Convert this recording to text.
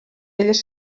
elles